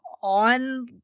on